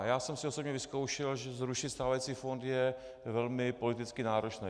Já jsem si osobně vyzkoušel, že zrušit stávající fond je velmi politicky náročné.